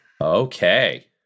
Okay